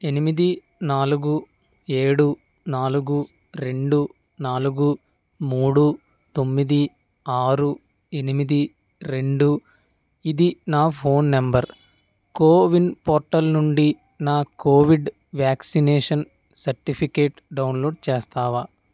ఎనిమిది నాలుగు ఏడు నాలుగు రెండు నాలుగు మూడు తొమ్మిది ఆరు ఎనిమిది రెండు ఇది నా ఫోన్ నంబర్ కోవిన్ పోర్టల్ నుండి నా Covid vaccination certificate download చేస్తావా